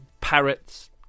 parrots